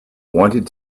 wanted